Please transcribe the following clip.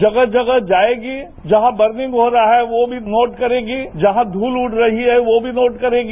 जगह जगह जाएगी जहां बर्निंग हो रहा है वो भी नोट करेगी जहां धूल उड़ रही है वो भी नोट करेगी